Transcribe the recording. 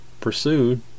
pursued